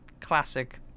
classic